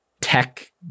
tech